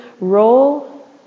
roll